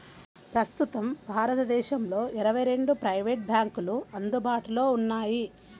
ప్రస్తుతం భారతదేశంలో ఇరవై రెండు ప్రైవేట్ బ్యాంకులు అందుబాటులో ఉన్నాయి